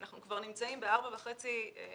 אנחנו נמצאים כבר בארבע שנים וחצי שבהן,